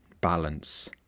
balance